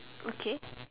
okay